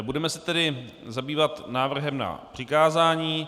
Budeme se tedy zabývat návrhem na přikázání.